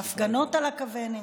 ההפגנות על הכוונת,